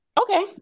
Okay